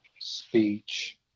speech